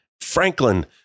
Franklin